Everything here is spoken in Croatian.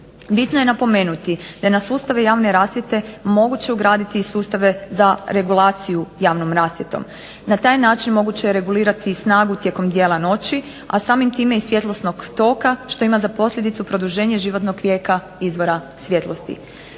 Bitno je napomenuti da je na sustav javne rasvjete moguće ugraditi i sustave za regulaciju javnom rasvjetom. Na taj način moguće je regulirati snagu tijekom dijela noći, a samim time i svjetlosnog toka što ima za posljedicu produženje životnog vijeka izvora svjetlosti.